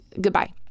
goodbye